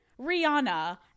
rihanna